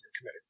committed